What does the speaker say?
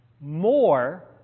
more